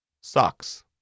Socks